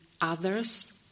others